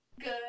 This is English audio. Good